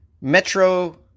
Metro